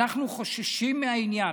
אנחנו חוששים מהעניין,